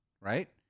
right